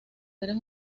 seres